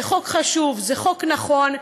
זה חוק חשוב, זה חוק נכון.